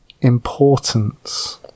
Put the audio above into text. importance